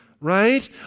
right